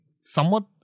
somewhat